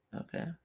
Okay